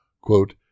Quote